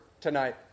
tonight